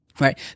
right